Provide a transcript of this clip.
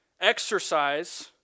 Exercise